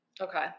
Okay